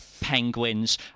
penguins